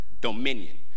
dominion